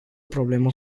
problemă